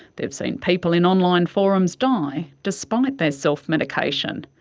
they have seen people in online forums die despite their self-medication.